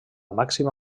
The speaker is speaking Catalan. màxima